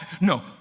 no